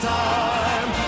time